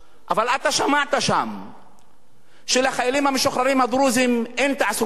אבל אתה שמעת שם שלחיילים המשוחררים הדרוזים אין תעסוקה.